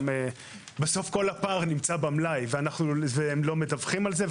בסוף כל הפער נמצא במלאי ולא מדווחים על זה,